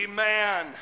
Amen